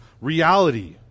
reality